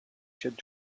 should